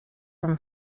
from